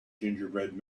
gingerbread